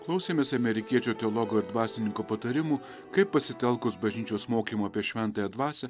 klausėmės amerikiečių teologo ir dvasininko patarimų kaip pasitelkus bažnyčios mokymą apie šventąją dvasią